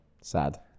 Sad